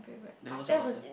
then what's your all time